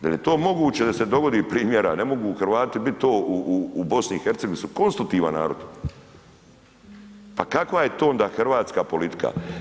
Jel je to moguće da se dogodi, primjera ne mogu Hrvati biti to u BiH gdje su konstutivan narod, pa kakva je to onda hrvatska politika?